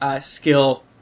Skill